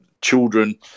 children